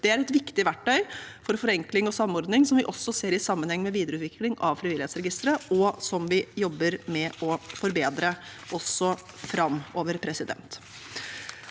Det er et viktig verktøy for forenkling og samordning vi også ser i sammenheng med videreutvikling av Frivillighetsregisteret, og som vi jobber med å forbedre også framover. Som det